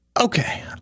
okay